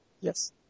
Yes